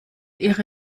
ihre